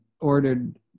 ordered